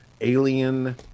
alien